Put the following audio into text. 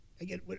Again